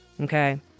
Okay